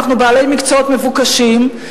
אנחנו בעלי מקצועות מבוקשים,